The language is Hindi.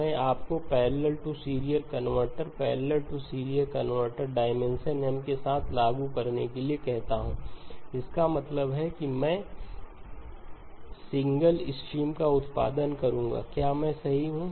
मैं आपको parallel to serial converter parallel to serial convert dimension M के साथ लागू करने के लिए कहता हूं जिसका मतलब है कि मैं सिंगल स्ट्रीम का उत्पादन करूंगा क्या मैं सही हूं